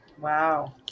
Wow